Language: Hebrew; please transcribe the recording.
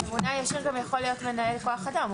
הממונה הישיר גם יכול להיות מנהל כוח אדם.